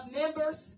members